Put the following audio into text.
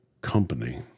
company